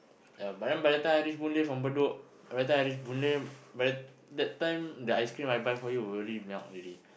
uh but then by the time I reach Boon Lay from Bedok by the time I reach Boon Lay by that time the ice-cream I buy for you would already melt already